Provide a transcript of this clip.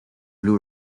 blu